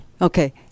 okay